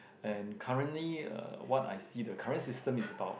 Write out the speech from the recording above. and currently uh what I see the current system is about